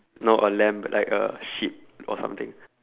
no a lamb like a sheep or something